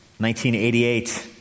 1988